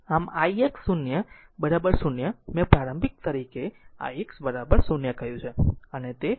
આમix 0 0 મેં પ્રારંભિક તરીકે ix 0 કહ્યું અને તે i t છે